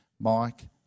Mike